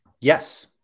Yes